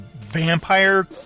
vampire